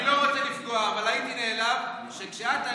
אני לא רוצה לפגוע, אבל הייתי נעלב, כי כשאת עלית,